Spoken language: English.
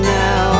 now